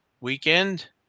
weekend